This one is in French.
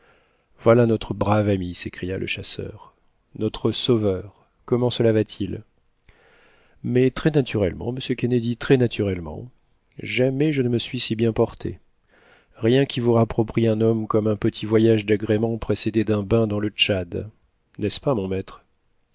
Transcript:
voilà notre brave ami s'écria le chasseur notre sauveur comment cela va-t-il mais très naturellement monsieur kennedy très naturellement jamais je ne me suis si bien porté rien qui vous rapproche un homme comme un petit voyage d'agrément précédé d'un bain dans le tchad n'est-ce pas mon maître